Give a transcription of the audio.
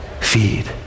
feed